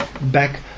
back